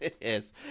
yes